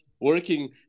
working